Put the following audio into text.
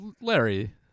Larry